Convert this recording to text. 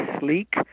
sleek